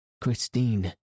Christine